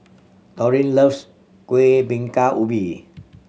Doreen loves Kuih Bingka Ubi